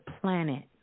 planet